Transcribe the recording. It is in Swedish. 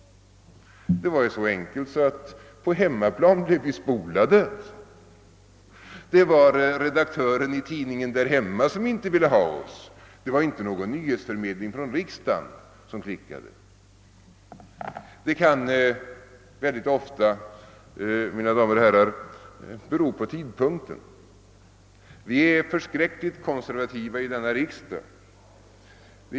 Ledamoten hade helt enkelt blivit refuserad på hemmaplan av redaktören på tidningen, men det var inte nyhetsförmedlingen från riksdagen som klickade. En sådan händelse kan, mina damer och herrar, i hög grad ha berott på tidpunkten för anförandet. Vi är oerhört konservativa här i riksdagen.